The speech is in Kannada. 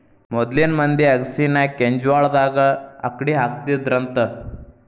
ಮೊದ್ಲಿನ ಮಂದಿ ಅಗಸಿನಾ ಕೆಂಜ್ವಾಳದಾಗ ಅಕ್ಡಿಹಾಕತ್ತಿದ್ರಂತ